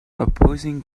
opposing